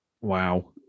wow